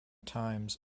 times